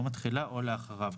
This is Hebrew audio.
יום התחילה) או לאחריו.